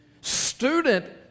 student